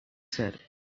said